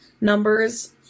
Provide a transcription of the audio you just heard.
numbers